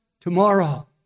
tomorrow